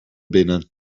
binnen